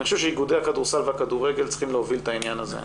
אני חושב שאיגודי הכדורסל והכדורגל צריכים להוביל את העניין הזה.